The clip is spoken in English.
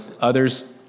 others